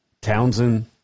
Townsend